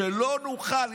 שלא נוכל.